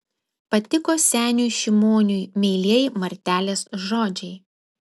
patiko seniui šimoniui meilieji martelės žodžiai